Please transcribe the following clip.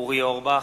אורי אורבך,